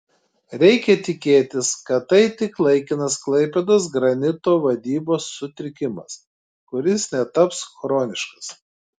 reikia tikėtis kad tai tik laikinas klaipėdos granito vadybos sutrikimas kuris netaps chroniškas